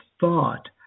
thought